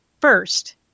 first